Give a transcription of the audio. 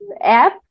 app